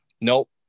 nope